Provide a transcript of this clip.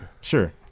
Sure